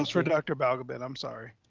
um sort of dr. balgobin, i'm sorry.